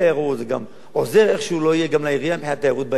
זה גם עוזר איך שלא יהיה לעירייה מבחינת תיירות בעירייה עצמה.